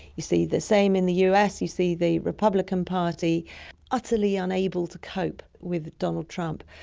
you see the same in the us, you see the republican party utterly unable to cope with donald trump,